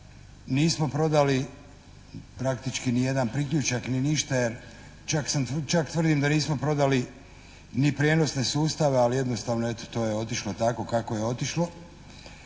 nismo prodali praktički ni jedan priključak ni ništa jer čak tvrdim da nismo prodali ni prijenosne sustave, ali jednostavno eto, to je otišlo tako kako je otišlo.